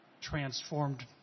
transformed